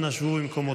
אנא, שבו במקומותיכם.